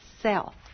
self